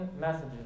messages